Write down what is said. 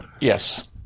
Yes